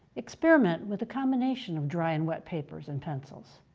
experiment with a combination of dry and wet papers and pencils.